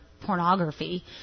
pornography